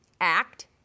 act